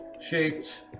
Shaped